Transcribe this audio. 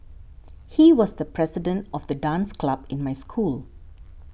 he was the president of the dance club in my school